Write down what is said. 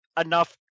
enough